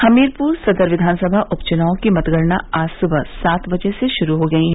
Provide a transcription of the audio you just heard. हमीरपुर सदर विधानसभा उप चुनाव की मतगणना आज सुबह सात बजे से शुरू हो गई है